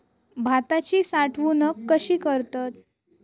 भाताची साठवूनक कशी करतत?